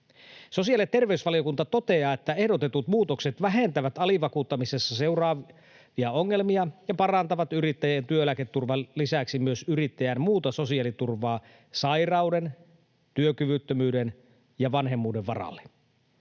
Sosiaali- ja terveysvaliokunta toteaa, että ehdotetut muutokset vähentävät alivakuuttamisesta seuraavia ongelmia ja parantavat yrittäjän työeläketurvan lisäksi yrittäjän muuta sosiaaliturvaa sairauden, työkyvyttömyyden ja vanhemmuuden varalle.